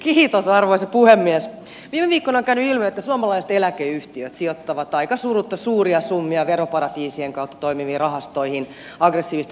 viime viikkoina on käynyt ilmi että suomalaiset eläkeyhtiöt sijoittavat aika surutta suuria summia veroparatiisien kautta toimiviin rahastoihin aggressiivista verosuunnittelua harjoittaviin yhtiöihin